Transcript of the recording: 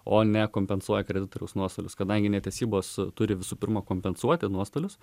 o ne kompensuoja kreditoriaus nuostolius kadangi netesybos turi visų pirma kompensuoti nuostolius